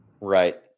Right